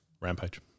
Rampage